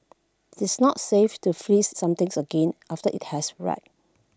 it's not safe to freeze something again after IT has red